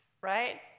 Right